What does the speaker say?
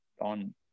on